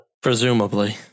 Presumably